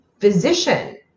physician